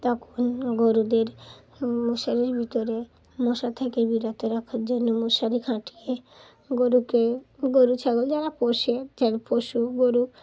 তখন গরুদের মশারির ভিতরে মশার থেকে বিরত রাখার জন্য মশারি খাটিয়ে গরুকে গরু ছাগল যারা পোষে যারা পোষ্য গরু